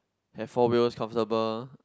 have four wheels comfortable